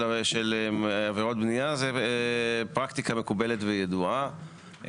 עבירות בניה זו פרקטיקה מקובלת וידועה,